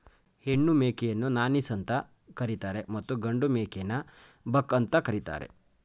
ಹೆಣ್ಣು ಮೇಕೆಯನ್ನು ನಾನೀಸ್ ಅಂತ ಕರಿತರೆ ಮತ್ತು ಗಂಡು ಮೇಕೆನ ಬಕ್ ಅಂತ ಕರಿತಾರೆ